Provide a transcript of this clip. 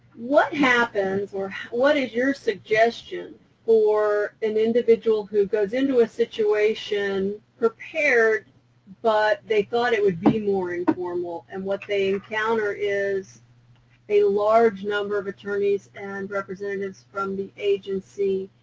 what happens or what is your suggestion for an individual who goes into a situation prepared but they thought it would be more informal, and what they encounter is a large number of attorneys and representatives from the agency,